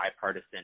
bipartisan